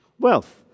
Wealth